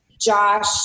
Josh